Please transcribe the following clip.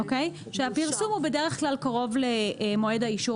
כשהפרסום בדרך כלל קרוב למועד האישור